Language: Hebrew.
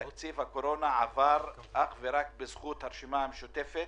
שתקציב הקורונה עבר אך ורק בזכות הרשימה המשותפת.